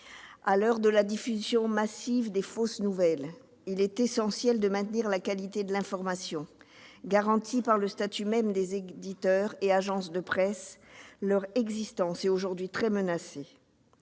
À l'heure de la diffusion massive des fausses nouvelles, il est essentiel de maintenir la qualité de l'information, garantie par le statut même des éditeurs et agences de presse. Or l'existence de ceux-ci est aujourd'hui gravement